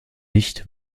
nicht